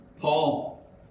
Paul